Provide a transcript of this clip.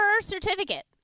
certificate